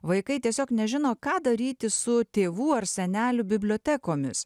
vaikai tiesiog nežino ką daryti su tėvų ar senelių bibliotekomis